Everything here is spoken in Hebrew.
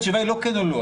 התשובה היא לא כן או לא,